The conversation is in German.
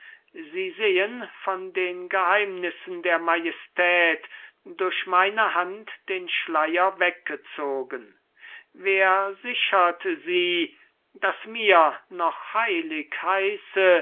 sie sehen von den geheimnissen der majestät durch meine hand den schleier weggezogen wer sichert sie daß mir noch heilig heiße